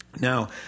Now